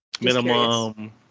Minimum